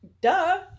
Duh